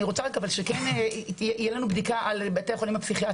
אני רוצה שכן יהיה לנו בדיקה על בתי החולים הפסיכיאטריים,